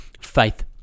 Faith